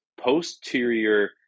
posterior